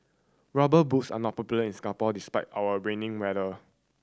Rubber Boots are not popular in Singapore despite our raining weather